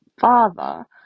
father